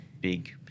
big